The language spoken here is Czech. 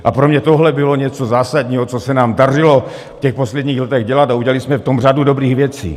A pro mě tohle bylo něco zásadního, co se nám dařilo v těch posledních letech dělat, a udělali jsme v tom řadu dobrých věcí.